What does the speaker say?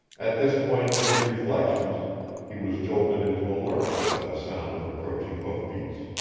at this point in his reflections he was jolted into alertness by the sound of approaching hoofbeats.